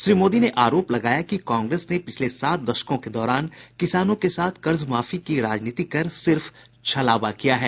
श्री मोदी ने आरोप लगाया कि कांग्रेस ने पिछले सात दशकों के दौरान किसानों के साथ कर्जमाफी की राजनीति कर सिर्फ छलावा किया है